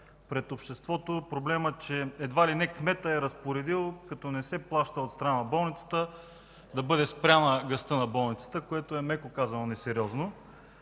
пред обществото проблема, че едва ли не кметът е разпоредил, след като не се плаща от страна на болницата да бъде спряна газта, което е меко казано несериозно.